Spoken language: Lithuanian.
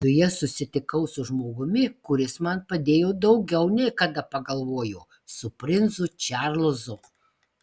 viduje susitikau su žmogumi kuris man padėjo daugiau nei kada pagalvojo su princu čarlzu